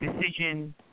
decision